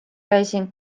käisin